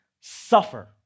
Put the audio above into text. suffer